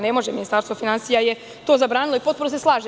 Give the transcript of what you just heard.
Ne može, Ministarstvo finansija je to zabranilo i u potpunosti se slažem.